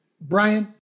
Brian